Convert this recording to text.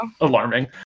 alarming